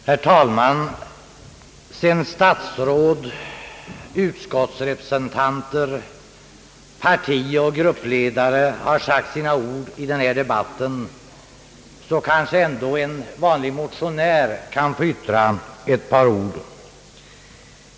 Herr talman! Sedan statsråd, utskottsrepresentanter, partioch gruppledare har sagt sina ord i denna debatt, kanske också en vanlig motionär kan få yttra ett par ord.